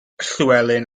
llywelyn